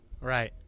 Right